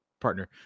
partner